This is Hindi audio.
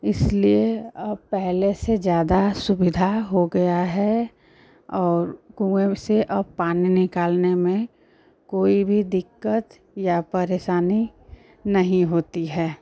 इसलिए अब पहले से ज़्यादा सुविधा हो गया है और कुएँ से अब पानी निकालने में कोई भी दिक्कत या परेशानी नहीं होती है